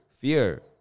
Fear